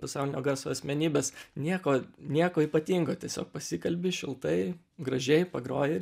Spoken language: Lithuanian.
pasaulinio garso asmenybės nieko nieko ypatingo tiesiog pasikalbi šiltai gražiai pagroji ir